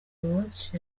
watch